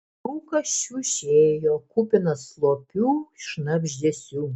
rūkas šiušėjo kupinas slopių šnabždesių